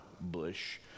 bush